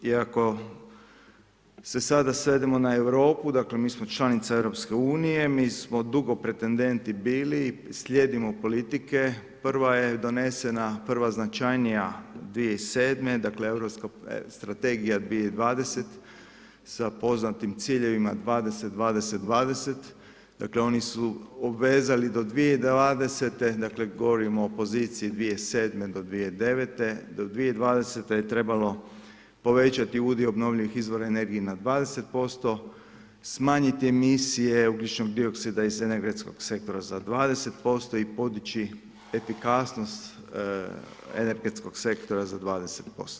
Iako se sada svedemo na Europu, dakle mi smo članica Europske unije, mi smo dugo pretendenti bili, slijedimo politike, prva je donesena, prva značajnija 2007., dakle Europska strategija 2020 sa poznatim ciljevima 20-20-20, dakle oni su obvezali do 2020., dakle govorimo o poziciji 2007. do 2009., do 2020.-te je trebalo povećati udio obnovljivih izvora energije na 20%, smanjiti emisije ugljičnog dioksida iz energetskog sektora za 20% i podići efikasnost energetskog sektora za 20%